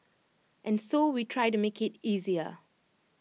and so we try to make IT easier